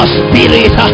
spirit